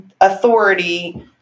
authority